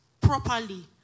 properly